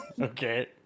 Okay